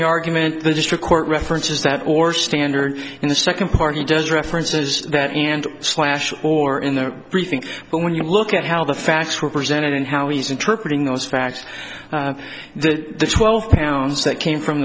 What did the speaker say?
the argument the district court references that or standard and the second party does references that and slash or in the briefing but when you look at how the facts were presented and how he's interpreted in those facts the twelve pounds that came from